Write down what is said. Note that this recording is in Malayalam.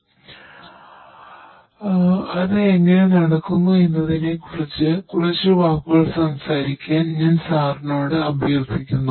അതിനാൽ അത് എങ്ങനെ നടക്കുന്നു എന്നതിനെക്കുറിച്ച് കുറച്ച് വാക്കുകൾ സംസാരിക്കാൻ ഞാൻ സാറിനോട് അഭ്യർത്ഥിക്കുന്നു